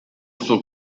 suo